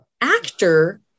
Actor